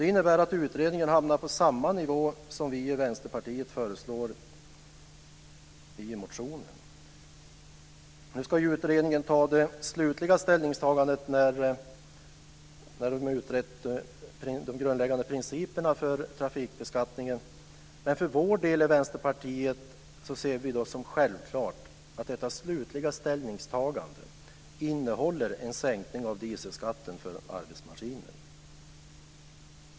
Det innebär att utredningen hamnar på samma nivå som vi i Vänsterpartiet föreslår i motionen. Utredningen ska göra sitt slutliga ställningstagande när den har utrett de grundläggande principerna för trafikbeskattningen, men vi i Vänsterpartiet ser det för vår del som självklart att detta slutliga ställningstagande ska innehålla en sänkning av dieselskatten för arbetsmaskiner.